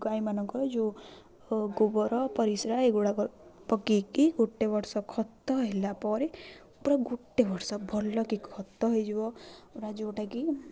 ଗାଈ ମାନଙ୍କର ଯେଉଁ ଗୋବର ପରିସ୍ରା ଏଗୁଡ଼ାକ ପକାଇକି ଗୋଟେ ବର୍ଷ ଖତ ହେଲା ପରେ ପୁରା ଗୋଟେ ବର୍ଷ ଭଲ କି ଖତ ହେଇଯିବ ପୁରା ଯେଉଁଟାକି